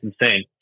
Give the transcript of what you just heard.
insane